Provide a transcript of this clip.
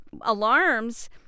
alarms